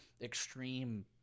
extreme